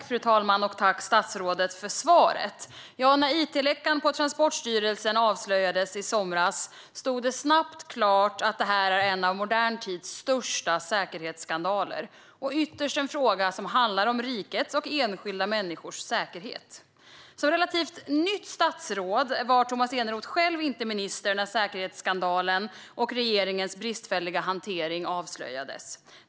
Fru talman! Jag tackar statsrådet för svaret. När it-läckan på Transportstyrelsen avslöjades i somras stod det snabbt klart att detta är en av modern tids största säkerhetsskandaler och ytterst en fråga som handlar om rikets och enskilda människors säkerhet. Som relativt nytt statsråd var Tomas Eneroth själv inte minister när säkerhetsskandalen och regeringens bristfälliga hantering avslöjades.